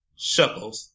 Shuckles